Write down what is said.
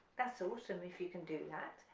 that's awesome if you can do that,